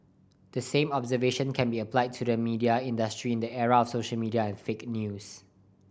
the same observation can be applied to the media industry in the era of social media and fake news